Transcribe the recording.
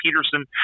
Peterson